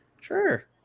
Sure